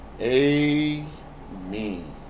amen